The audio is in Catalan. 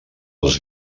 els